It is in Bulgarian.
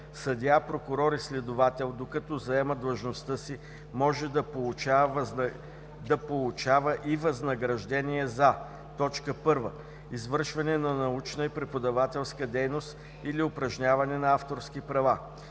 Съдия, прокурор и следовател, докато заема длъжността си, може да получава и възнаграждение за: 1. извършване на научна и преподавателска дейност или упражняване на авторски права;